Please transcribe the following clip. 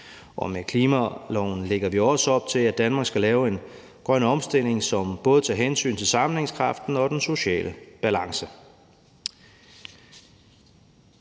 Og med klimaloven lægger vi også op til, at Danmark skal lave en grøn omstilling, som både tager hensyn til sammenhængskraften og den sociale balance.